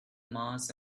mass